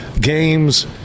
games